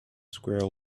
squirrel